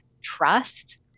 trust